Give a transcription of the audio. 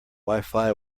wifi